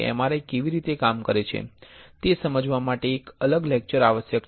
MRI કેવી રીતે કામ કરે છે તે સમજવા માટે એક અલગ લેક્ચર આવશ્યક છે